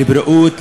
לבריאות,